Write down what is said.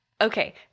Okay